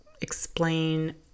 explain